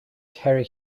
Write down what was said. ceithre